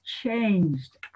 changed